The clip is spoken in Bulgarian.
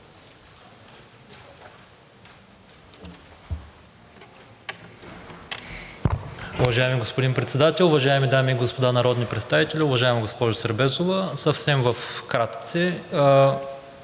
Уважаеми господин Председател, уважаеми дами и господа народни представители! Уважаема госпожо Сербезова, съвсем вкратце,